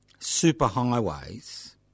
superhighways